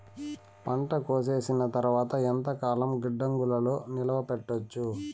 పంట కోసేసిన తర్వాత ఎంతకాలం గిడ్డంగులలో నిలువ పెట్టొచ్చు?